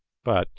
but